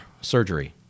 surgery